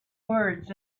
words